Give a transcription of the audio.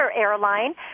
airline